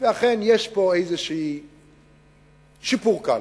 ואומנם יש פה איזה שיפור קל,